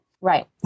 Right